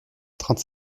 trente